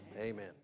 Amen